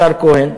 השר כהן,